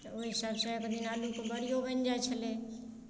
तऽ ओहि सभसँ एक दिन आलूके बड़िओ बनि जाइ छलै